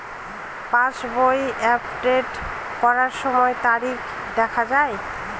পাসবই update করার সময়ে তারিখ দেখা য়ায়?